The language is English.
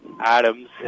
Adams